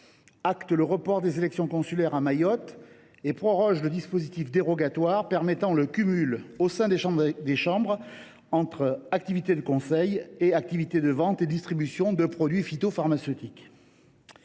acter le report des élections consulaires à Mayotte et à proroger le dispositif dérogatoire permettant le cumul au sein des chambres entre activités de conseil et activités de vente et de distribution de produits phytopharmaceutiques.